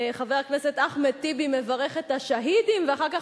חבר הכנסת אחמד טיבי מברך את השהידים ואחר כך